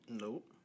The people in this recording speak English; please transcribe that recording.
Nope